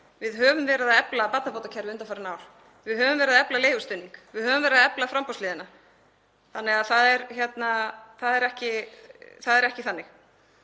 Við höfum verið að efla barnabótakerfið undanfarin ár. Við höfum verið að efla leigustuðning. Við höfum verið að efla framboðshliðina, þannig að það er ekki þannig.